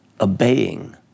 obeying